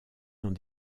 dans